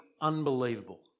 unbelievable